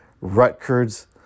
Rutgers